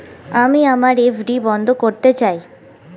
আমি আমার এফ.ডি বন্ধ করতে চাই